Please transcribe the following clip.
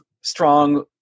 strong